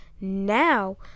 Now